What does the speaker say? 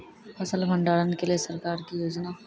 फसल भंडारण के लिए सरकार की योजना?